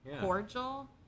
cordial